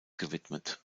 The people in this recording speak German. gewidmet